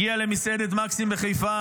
הוא הגיע למסעדת מקסים בחיפה,